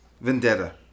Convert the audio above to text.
Vendetta